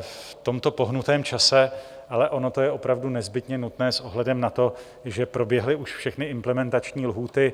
v tomto pohnutém čase, ale ono to je opravdu nezbytně nutné s ohledem na to, že proběhly už všechny implementační lhůty.